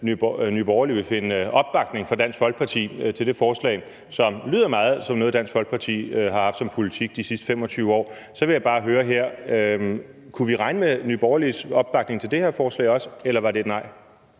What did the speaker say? at Nye Borgerlige vil finde opbakning fra Dansk Folkeparti til det forslag, som lyder meget som noget, Dansk Folkeparti har haft som politik de sidste 25 år. Så vil jeg bare høre: Kunne vi også regne med Nye Borgerliges opbakning til det her forslag, eller var det et nej?